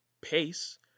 pace